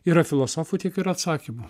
yra filosofų tiek ir atsakymų